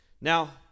Now